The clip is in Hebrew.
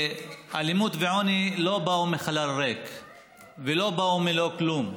אלימות ועוני לא באו מחלל ריק ולא באו מלא כלום.